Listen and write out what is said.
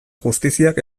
justiziak